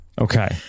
Okay